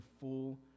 full